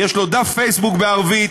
יש לו דף פייסבוק בערבית.